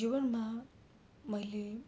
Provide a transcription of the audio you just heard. जीवनमा मैले